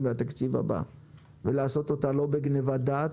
והתקציב הבא ולעשות אותה לא בגנבת-דעת,